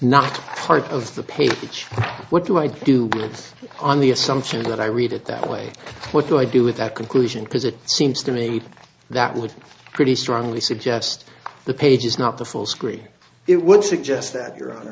not part of the page what do i do with on the assumption that i read it that way what do i do with that conclusion because it seems to me that would pretty strongly suggest the page is not the full screen it would suggest that you're on